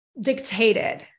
dictated